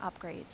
upgrades